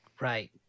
Right